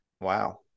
Wow